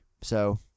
so-